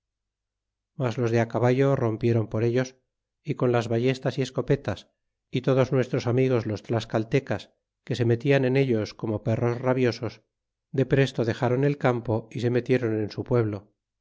mas los de caballo rompieron por ellos y con las ballestas y escopetas y todos nuestros amigos los tlascalteras que se mellan en ellos como perros rabiosos de presto dexron el campo y se metieron en su pueblo